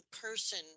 person